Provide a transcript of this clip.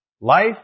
life